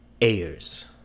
Ayers